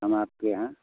हम आपके यहाँ